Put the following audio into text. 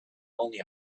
only